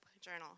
journal